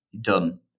done